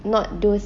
not those